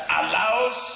allows